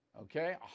okay